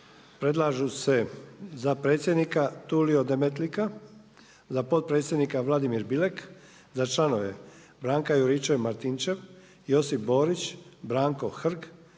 Predlažu se za predsjednika Tulio Demetlika, za potpredsjednika Vladimir Bilek, za članove Branka Juričev-Martinčev, Josip Borić, Branko Hrg,